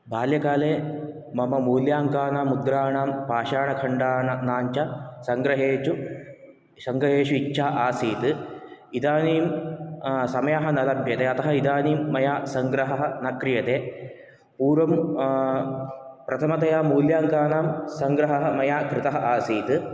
बाल्यकाले मम मूल्याङ्कानां मुद्राणां पाषाणखण्डानां च सङ्ग्रहेचु सङ्ग्रहेषु इच्छा आसीत् इदानीं समयः न लभ्यते अतः इदानीं मया सङ्ग्रहः न क्रियते पूर्वं प्रथमतया मूल्याङ्कानां सङ्ग्रहः मया कृतः आसीत्